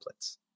templates